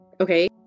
Okay